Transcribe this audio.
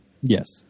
Yes